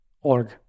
org